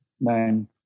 Nine